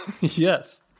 Yes